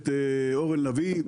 אורן לביא,